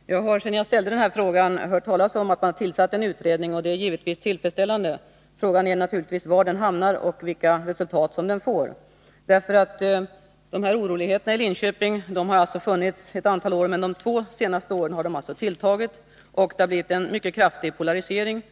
Herr talman! Jag har sedan jag ställde den här frågan hört talas om att man tillsatt en utredning, och det är givetvis tillfredsställande. Frågan är naturligtvis var den hamnar och vilka resultat den får. De här oroligheterna i Linköping har alltså förekommit ett antal år, men de två senaste åren har de alltså tilltagit, och det har blivit en mycket kraftig polarisering.